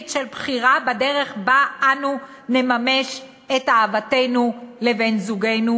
של בחירה בדרך שבה אנו נממש את אהבתנו לבן-זוגנו?